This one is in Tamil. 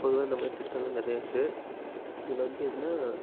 பொதுவாக இந்த மாதிரி திட்டமெல்லாம் நிறையா இருக்குது இதில் வந்து எதுனால்